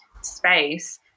space